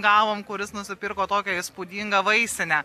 gavome kuris nusipirko tokią įspūdingą vaisinę